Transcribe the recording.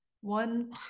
one